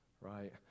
Right